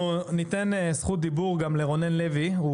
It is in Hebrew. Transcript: ניתן זכות דיבור גם לרונן לוי.